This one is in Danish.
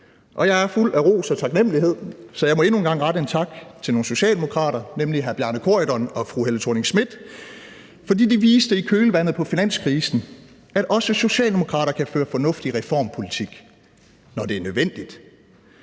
Og jeg er fuld af ros og taknemmelighed, så jeg må endnu en gang rette en tak til nogle socialdemokrater, nemlig hr. Bjarne Corydon og fru Helle Thorning-Schmidt, fordi de i kølvandet på finanskrisen viste, at også socialdemokrater kan føre fornuftig reformpolitik, når det er nødvendigt.